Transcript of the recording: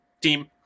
team